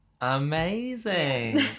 Amazing